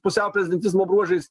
pusiau prezidentizmo bruožais